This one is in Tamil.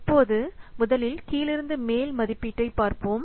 இப்போது முதலில் கீழிருந்து மேல் மதிப்பீட்டை பார்ப்போம்